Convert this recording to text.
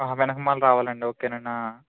వెనుక మళ్ళీ రావాలండి ఓకే అండీ